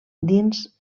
dins